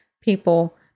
people